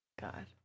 God